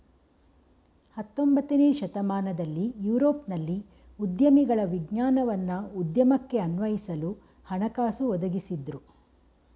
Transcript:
ಹತೊಂಬತ್ತನೇ ಶತಮಾನದಲ್ಲಿ ಯುರೋಪ್ನಲ್ಲಿ ಉದ್ಯಮಿಗಳ ವಿಜ್ಞಾನವನ್ನ ಉದ್ಯಮಕ್ಕೆ ಅನ್ವಯಿಸಲು ಹಣಕಾಸು ಒದಗಿಸಿದ್ದ್ರು